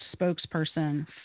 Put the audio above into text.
spokesperson